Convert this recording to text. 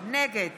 נגד